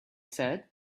said